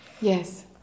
Yes